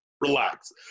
relax